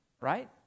right